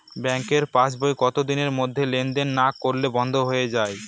ব্যাঙ্কের পাস বই কত দিনের মধ্যে লেন দেন না করলে বন্ধ হয়ে য়ায়?